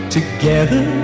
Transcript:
Together